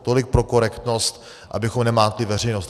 Tolik pro korektnost, abychom nemátli veřejnost.